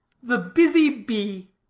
the busy bee.